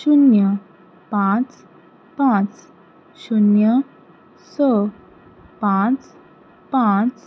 शुन्य पांच पांच शुन्य स पांच पांच